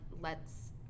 lets